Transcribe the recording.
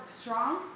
strong